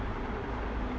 mm